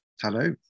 Hello